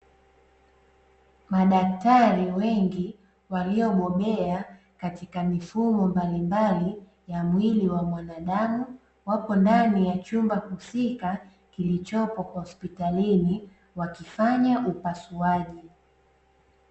Madaktari wengi waliobobea katika mifumo mbalimbali ya mwili wa mwanadamu wapo ndani ya chumba husika kilichopo hospitalini wakifanya upasuaji.